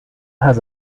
has